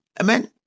Amen